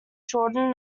shorten